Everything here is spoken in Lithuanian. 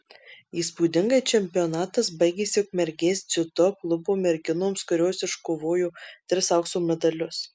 įspūdingai čempionatas baigėsi ukmergės dziudo klubo merginoms kurios iškovojo tris aukso medalius